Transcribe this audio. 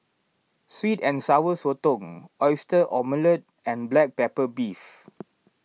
Sweet and Sour Sotong Oyster Omelette and Black Pepper Beef